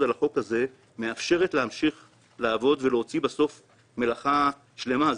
על החוק הזה מאפשרת להמשיך לעבוד ולהוציא בסוף מלאכה שלימה.